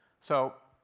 so